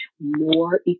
more